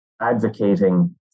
advocating